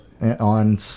on